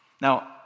Now